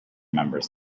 members